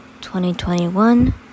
2021